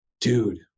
dude